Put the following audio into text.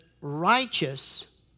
righteous